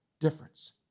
difference